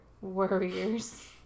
Warriors